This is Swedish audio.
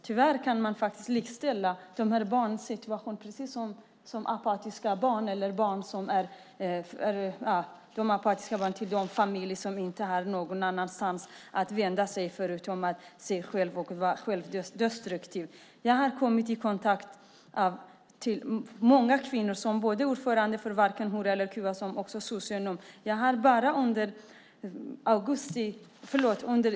Tyvärr kan man likställa de här barnens situation med apatiska barns situation. Deras familjer har inte någonstans att vända sig, och de blir därför självdestruktiva. Som ordförande för Varken hora eller kuvad och som socionom har jag kommit i kontakt med många kvinnor.